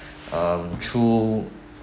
um through